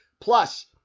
Plus